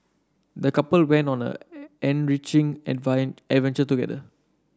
the couple went on an enriching advent adventure together